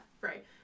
right